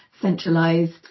centralised